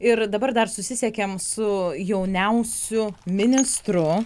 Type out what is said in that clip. ir dabar dar susisiekėm su jauniausiu ministru